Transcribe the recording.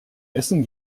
essen